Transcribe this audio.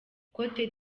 cote